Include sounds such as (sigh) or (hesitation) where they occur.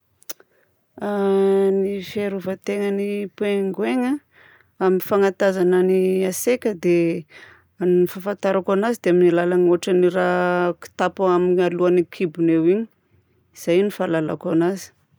(hesitation) Ny fiarovan-tegnan'ny pingouins a amin'ny fagnatazana ny hatsiaka dia ny fahafantarako anazy amin'ny alalan'ny ohatran'ny raha (hesitation) kitapo a (hesitation) alohan'ny kibony. Izay no fahalalako azy.